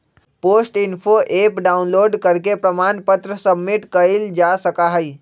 post info app download करके प्रमाण पत्र सबमिट कइल जा सका हई